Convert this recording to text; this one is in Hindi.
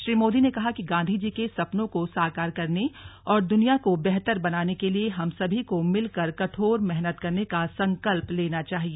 श्री मोदी ने कहा कि गांधीजी के सपनों को साकार करने और दुनिया को बेहतर बनाने के लिए हम सभी को मिलकर कठोर मेहनत करने का संकल्प लेना चाहिए